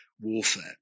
warfare